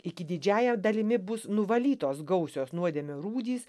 iki didžiąja dalimi bus nuvalytos gausios nuodėmių rūdys